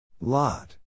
Lot